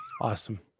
Awesome